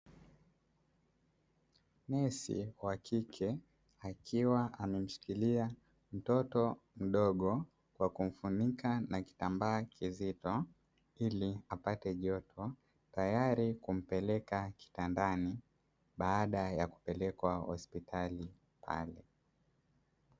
Nesi wa kike akiwa amemshikilia mtoto mdogo akiwa amemfunika na kitambaa kizito ili apate joto, tayari kumpeleka kitandani baada ya kupelekwa hospitali.